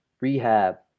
rehab